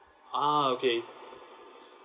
ah okay